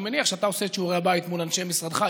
אני מניח שאתה עושה את שיעורי הבית מול אנשי משרדך,